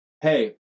hey